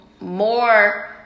more